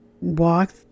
walk